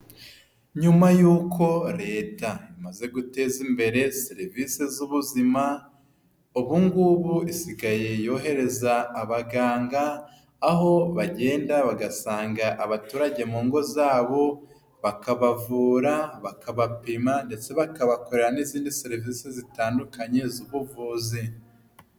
Nyuma y'uko leta imaze guteza imbere serivisi z'ubuzima; ubu ngubu isigaye yohereza abaganga, aho bagenda bagasanga abaturage mu ngo zabo bakabavura, bakabapima ndetse bakabakorera n'izindi serivisi zitandukanye z'ubuvuzi.